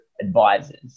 advisors